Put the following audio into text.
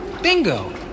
Bingo